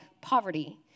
poverty